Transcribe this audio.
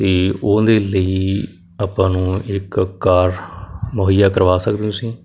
ਅਤੇ ਉਹਦੇ ਲਈ ਆਪਾਂ ਨੂੰ ਇੱਕ ਕਾਰ ਮੁਹੱਈਆ ਕਰਵਾ ਸਕਦੇ ਹੋ ਤੁਸੀਂ